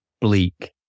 bleak